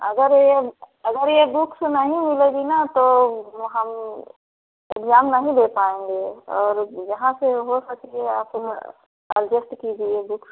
अगर ये अगर ये बुक्स नहीं मिलेगी ना तो हम एग्जाम नहीं दे पाएँगे और यहाँ से हो सकती है आप फ़िर एडजस्ट कीजिए बुक्स